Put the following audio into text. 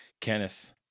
Kenneth